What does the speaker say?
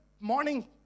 morning